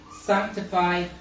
sanctify